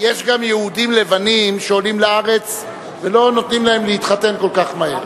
יש גם יהודים לבנים שעולים לארץ ולא נותנים להם להתחתן כל כך מהר.